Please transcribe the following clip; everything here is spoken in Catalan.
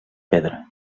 pedra